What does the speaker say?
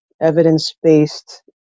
evidence-based